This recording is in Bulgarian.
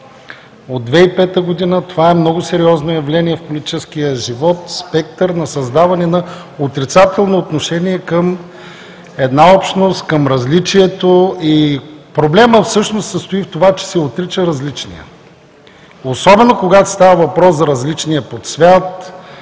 От 2005 г. това е много сериозно явление в политическия живот, спектър на създаване на отрицателно отношение към една общност, към различието. Проблемът всъщност се състои в това, че се отрича различният, особено когато става въпрос за различния по цвят,